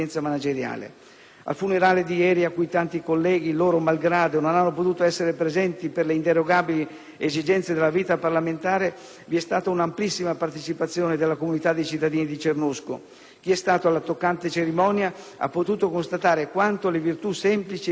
Al funerale di ieri, a cui tanti colleghi, loro malgrado, non hanno potuto essere presenti per le inderogabili esigenze della vita parlamentare, vi è stata un'amplissima partecipazione della comunità dei cittadini di Cernusco. Chi è stato alla toccante cerimonia ha potuto constatare quanto le virtù semplici e miti di Luigi,